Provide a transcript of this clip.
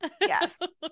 Yes